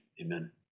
Amen